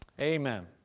Amen